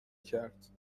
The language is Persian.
کرد